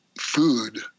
food